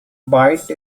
bite